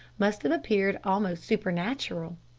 must have appeared almost supernatural.